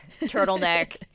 turtleneck